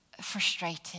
frustrated